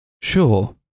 Sure